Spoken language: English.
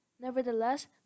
Nevertheless